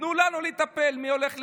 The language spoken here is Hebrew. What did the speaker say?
תנו לנו לטפל במי הולך למי.